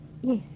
Yes